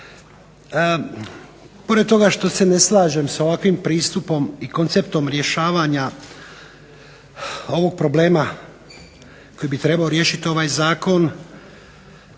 Pored toga što se ne slažem sa ovakvim pristupom i konceptom rješavanja ovog problema koji bi trebao riješiti ovaj zakon